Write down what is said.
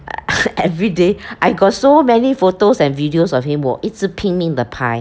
everyday I got so many photos and videos of him was 一直拼命的拍